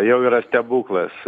jau yra stebuklas